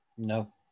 No